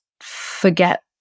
forget